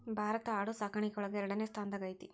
ಭಾರತಾ ಆಡು ಸಾಕಾಣಿಕೆ ಒಳಗ ಎರಡನೆ ಸ್ತಾನದಾಗ ಐತಿ